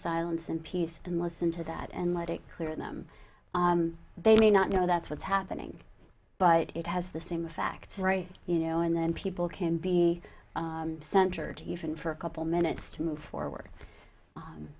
silence in peace and listen to that and let it clear them they may not know that's what's happening but it has the same effect right you know and then people can be centered even for a couple minutes to move forward